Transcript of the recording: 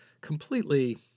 completely